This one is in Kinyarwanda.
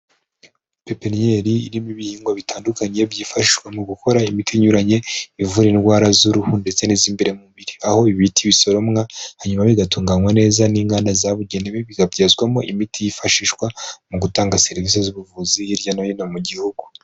Pepeniyeri irimo ibihingwa bitandukanye byifashishwa mu gukora imiti inyuranye, ivura indwara z'uruhu ndetse n'iz'imbere mu mubiri, aho ibi biti bisoromwa, hanyuma bigatunganywa neza n'inganda zabugenewe, bikabyazwamo imiti yifashishwa mu gutanga serivisi z'ubuvuzi hirya no hino mu gihugu.